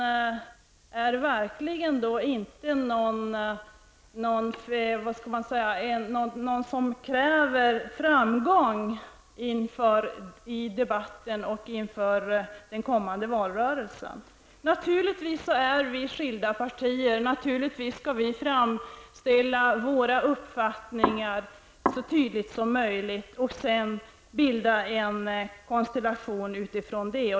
Det verkar inte som att man kräver framgång i debatten och inför valrörelsen. Vi är naturligtvis skilda partier och skall framföra våra uppfattningar så tydligt som möjligt. Utifrån detta skall vi sedan bilda en konstellation.